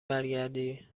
برگردی